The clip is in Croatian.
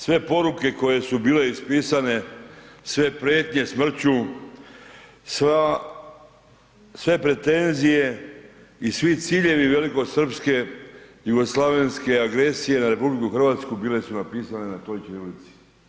Sve poruke koje su bile ispisane, sve prijetnje smrću, sve pretenzije i svi ciljevi velikosrpske jugoslavenske agresije na RH bile su napisane na toj ćirilici.